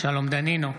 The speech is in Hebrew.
שלום דנינו,